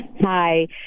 Hi